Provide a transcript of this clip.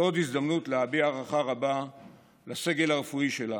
זו עוד הזדמנות להביע הערכה רבה לסגל הרפואי שלנו.